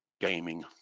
gaming